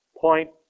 point